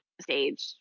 stage